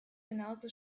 genauso